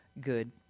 good